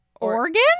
Oregon